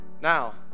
now